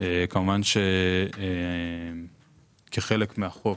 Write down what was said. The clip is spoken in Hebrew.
כמובן שכחלק מהחוק